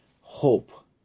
hope